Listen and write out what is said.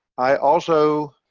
i also